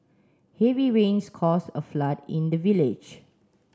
heavy rains caused a flood in the village